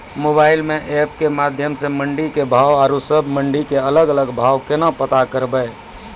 Mobile म app के माध्यम सऽ मंडी के भाव औरो सब मंडी के अलग अलग भाव केना पता करबै?